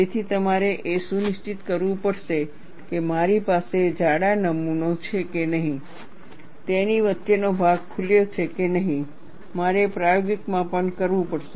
તેથી તમારે એ સુનિશ્ચિત કરવું પડશે કે મારી પાસે જાડા નમૂનો છે કે નહીં તેની વચ્ચેનો ભાગ ખુલ્યો છે કે નહીં મારે પ્રાયોગિક માપન કરવું પડશે